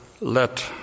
let